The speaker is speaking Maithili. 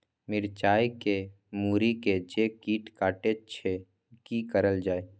मिरचाय के मुरी के जे कीट कटे छे की करल जाय?